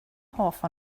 hoff